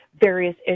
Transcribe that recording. various